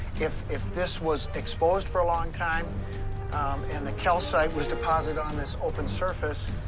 if if this was exposed for a long time and the calcite was deposited on this open surface,